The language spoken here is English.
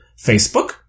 Facebook